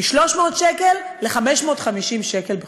מ-300 שקל ל-550 שקל בחודש.